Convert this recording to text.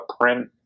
print